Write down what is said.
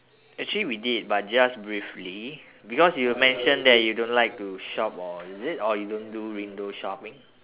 actually we did but just briefly because you mention that you don't like to shop or is it or you don't do window shopping